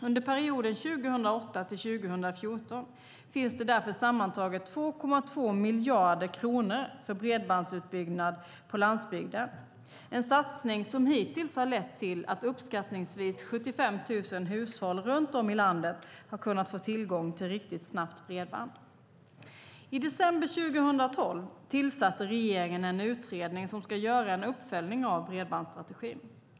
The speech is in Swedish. Under perioden 2008-2014 finns det därför sammantaget 2,2 miljarder kronor för bredbandsutbyggnad på landsbygden, en satsning som hittills har lett till att uppskattningsvis 75 000 hushåll runt om i landet har kunnat få tillgång till riktigt snabbt bredband. I december 2012 tillsatte regeringen en utredning som ska göra en uppföljning av bredbandsstrategin.